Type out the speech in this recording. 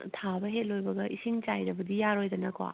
ꯊꯥꯕ ꯍꯦꯛ ꯂꯣꯏꯕꯒ ꯏꯁꯤꯡ ꯆꯥꯏꯗꯕꯗꯤ ꯌꯥꯔꯣꯏꯗꯅꯀꯣ